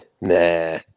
Nah